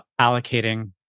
allocating